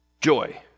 joy